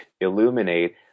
illuminate